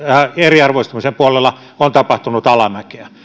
ja eriarvoistumisen puolella on tapahtunut alamäkeä